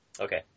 Okay